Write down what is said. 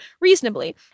reasonably